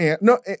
No